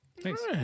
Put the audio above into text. Thanks